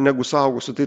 negu suaugusių tai